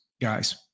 guys